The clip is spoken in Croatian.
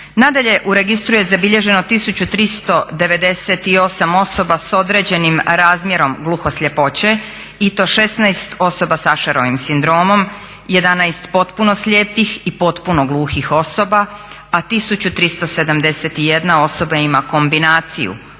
Nadalje, u registru je zabilježeno 1398 osoba s određenim razmjerom gluhosljepoće i to 16 osoba s Asherovim sindromom, 11 potpuno slijepih i potpuno gluhih osoba, a 1371 osoba ima kombinaciju